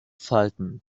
falten